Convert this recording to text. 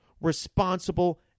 responsible